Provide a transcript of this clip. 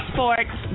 Sports